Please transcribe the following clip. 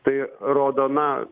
tai rodo na